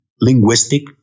linguistic